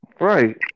Right